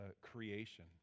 creation